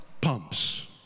pumps